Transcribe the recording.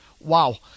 wow